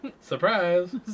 surprise